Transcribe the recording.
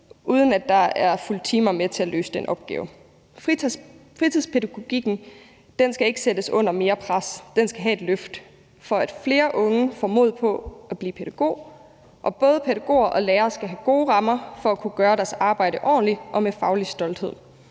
uden at der er fulgt timer med til at løse den opgave. Fritidspædagogikken skal ikke sættes under mere pres, den skal have et løft, for at flere unge får mod på at blive pædagog. Og både pædagoger og lærere skal have gode rammer for at kunne gøre deres arbejde ordentligt og med faglig stolthed.